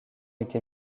été